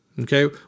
Okay